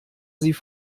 sie